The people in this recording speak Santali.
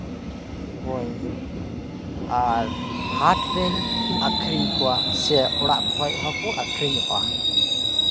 ᱠᱚᱣᱟᱧ ᱟᱨ ᱦᱟᱴ ᱨᱮᱧ ᱟᱠᱷᱨᱤᱧ ᱠᱚᱣᱟᱧ ᱥᱮ ᱚᱲᱟᱜ ᱠᱷᱚᱡ ᱦᱚᱸᱠᱚ ᱟᱠᱷᱨᱤᱧᱚᱜᱼᱟ